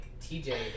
TJ